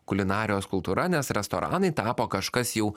kulinarijos kultūra nes restoranai tapo kažkas jau